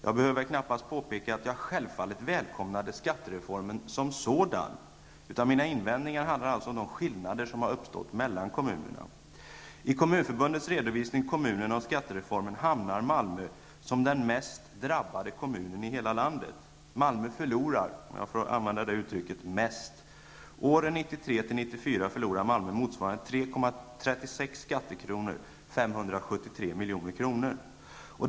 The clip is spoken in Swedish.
Jag behöver väl knappast påpeka att jag självfallet välkomnade skattereformen som sådan. Mina invändningar handlar om de skillnader som har uppstått mellan kommunerna. Kommunerna och skattereformen är Malmö den mest drabbade kommunen i hela landet. Malmö förlorar -- om jag får använda det uttrycket -- mest. Åren 1993--1994 förlorar Malmö motsvarande 3,36 skattekronor, 573 milj.kr.